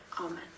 Amen